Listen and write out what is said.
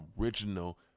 original